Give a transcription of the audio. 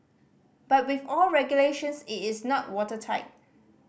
but with all regulations it is not watertight